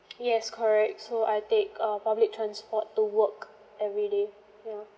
yes correct so I take uh public transport to work everyday you know